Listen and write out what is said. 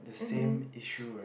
mmhmm